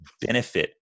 benefit